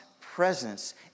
presence